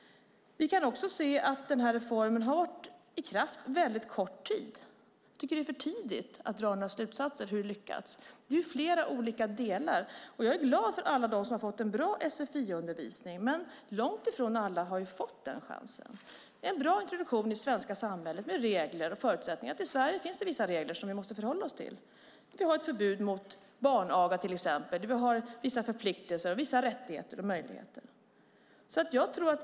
Denna reform har varit i kraft väldigt kort tid. Det är för tidigt att dra några slutsatser om hur det lyckats. Det är flera olika delar. Jag är glad för alla dem som fått en bra sfi-undervisning, men långt ifrån alla har fått den chansen. Det behövs en bra introduktion i det svenska samhället med regler och förutsättningar, för i Sverige finns det vissa regler som vi måste förhålla oss till. Vi har till exempel ett förbud mot barnaga. Vi har vissa förpliktelser och vissa rättigheter och möjligheter.